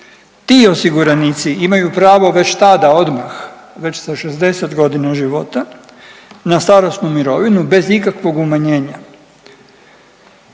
Ti osiguranici imaju pravo već tada, odmah već sa 60 godina života na starosnu mirovinu bez ikakvog umanjenja.